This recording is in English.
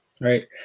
right